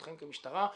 בסמכותכם כמשטרה,